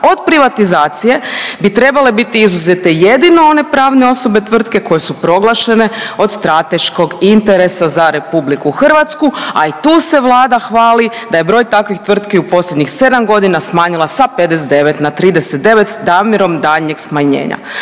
Od privatizacije bi trebale biti izuzete jedino one pravne osobe tvrtke koje su proglašene od strateškog interesa za RH, a i tu se Vlada hvali da je broj takvih tvrtki u posljednjih 7 godina smanjila sa 59 na 37 s namjerom daljnjeg smanjena.